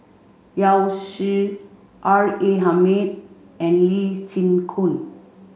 Yao Zi R A Hamid and Lee Chin Koon